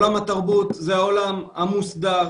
עולם התרבות הוא עולם מוסדר,